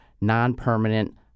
non-permanent